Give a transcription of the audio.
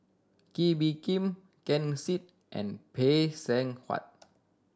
Kee Bee Khim Ken Seet and Phay Seng Whatt